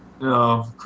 No